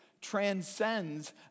transcends